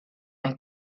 ein